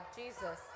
jesus